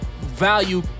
value